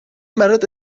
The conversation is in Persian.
برات